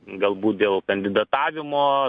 galbūt dėl kandidatavimo